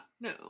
no